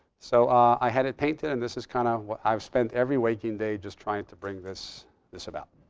so i had it painted and this is kind of what i've spent every waking day just trying to bring this this about.